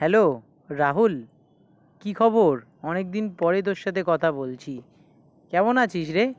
hello Rahul কী খবর অনেক দিন পরে তোর সাথে কথা বলছি কেমন আছিস রে